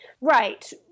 Right